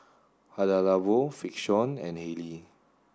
Hada Labo Frixion and Haylee